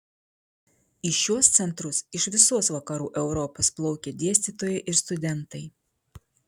į šiuos centrus iš visos vakarų europos plaukė dėstytojai ir studentai